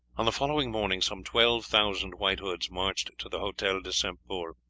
on the following morning some twelve thousand white hoods marched to the hotel de st. pol,